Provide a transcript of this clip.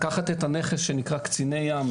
לקחת את הנכס שנקרא קציני ים,